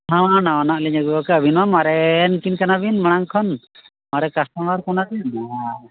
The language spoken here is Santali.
ᱱᱟᱣᱟ ᱱᱟᱣᱟᱞᱤᱧ ᱟᱹᱜᱩ ᱠᱟᱜᱼᱟ ᱟᱹᱵᱤᱱ ᱢᱟ ᱢᱟᱨᱮᱱ ᱠᱤᱱ ᱠᱟᱱᱟᱵᱤᱱ ᱢᱟᱲᱟᱝ ᱠᱷᱚᱱ ᱢᱟᱨᱮ ᱠᱟᱛᱷᱟ ᱦᱚᱲ ᱠᱟᱱᱟᱵᱤᱱ ᱟᱨ